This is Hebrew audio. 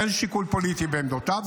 אין שיקול פוליטי בעמדותיו.